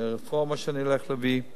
של הרפורמה שאני הולך להביא.